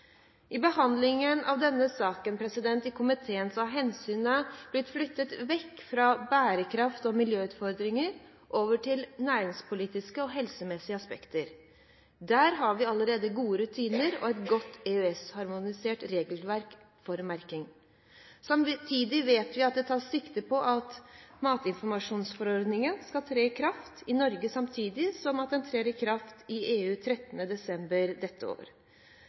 I behandlingen av denne saken i komiteen har hensynet blitt flyttet vekk fra bærekraft- og miljøutfordringer og over til næringspolitiske og helsemessige aspekter. Der har vi allerede gode rutiner og et godt EØS-harmonisert regelverk for merking. Samtidig vet vi at det tas sikte på at matinformasjonsforordningen skal tre i kraft i Norge samtidig med at den trer i kraft i EU, 13. desember dette år.